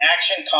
Action